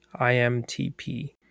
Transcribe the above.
IMTP